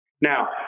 Now